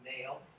male